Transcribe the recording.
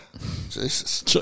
Jesus